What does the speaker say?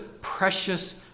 precious